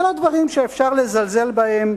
זה לא דברים שאפשר לזלזל בהם,